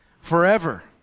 forever